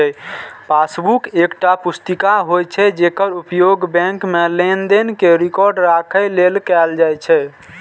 passbook एकटा पुस्तिका होइ छै, जेकर उपयोग बैंक मे लेनदेन के रिकॉर्ड राखै लेल कैल जाइ छै